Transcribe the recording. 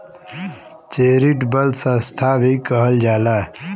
charitable संस्था भी कहल जाला